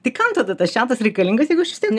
tai kam tada tas čiatas reikalingas jeigu aš vis tiek